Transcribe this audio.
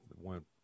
went